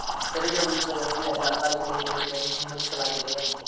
ತೆರಿಗೆ ಉಳಿಸುವ ಎಫ.ಡಿ ಅಲ್ಲೆ ಅಕಾಲಿಕ ಹಿಂಪಡೆಯುವಿಕೆಯನ್ನ ಅನುಮತಿಸಲಾಗೇದೆನು?